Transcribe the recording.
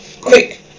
Quick